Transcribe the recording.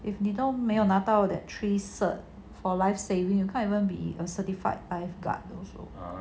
if 你都没有拿到 that three cert for life saving you can even be a certified lifeguard also